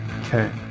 okay